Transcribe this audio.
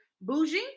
bougie